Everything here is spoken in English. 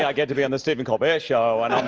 yeah get to be on the stephen colbert show and i'm